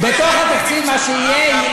בתוך התקציב מה שיהיה,